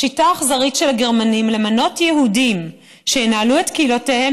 השיטה האכזרית של הגרמנים למנות יהודים שינהלו את קהילותיהם